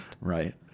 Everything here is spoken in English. right